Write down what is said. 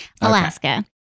Alaska